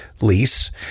lease